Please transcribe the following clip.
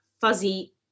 fuzzy